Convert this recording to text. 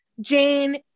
Jane